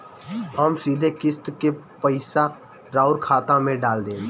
हम सीधे किस्त के पइसा राउर खाता में डाल देम?